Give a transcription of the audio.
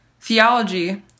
Theology